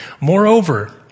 Moreover